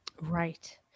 Right